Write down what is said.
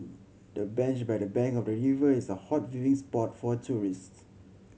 the bench by the bank of the river is a hot viewing spot for tourists